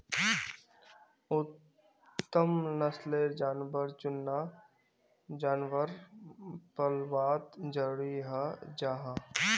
उत्तम नस्लेर जानवर चुनना जानवर पल्वात ज़रूरी हं जाहा